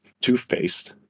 Toothpaste